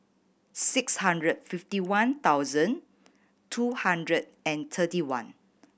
six hundred fifty one thousand two hundred and thirty one